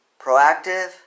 proactive